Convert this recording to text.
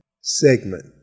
segment